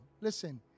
Listen